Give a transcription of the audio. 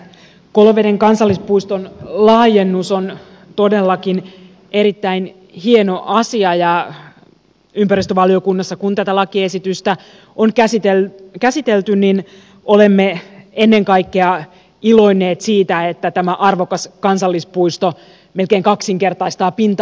koloveden kansallispuiston laajennus on todellakin erittäin hieno asia ja ympäristövaliokunnassa kun tätä lakiesitystä on käsitelty niin olemme ennen kaikkea iloinneet siitä että tämä arvokas kansallispuisto melkein kaksinkertaistaa pinta alansa